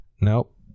Nope